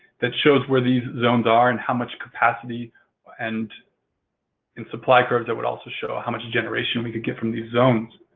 that shows where these zones are and how much capacity and and supply curves that would also show how much generation we could get from these zones.